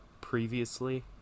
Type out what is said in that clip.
previously